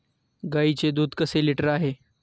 गाईचे दूध कसे लिटर आहे?